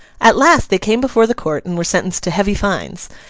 at last they came before the court and were sentenced to heavy fines,